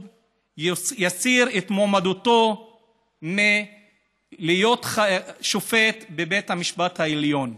יסיר את מועמדתו מלהיות שופט בבית המשפט העליון?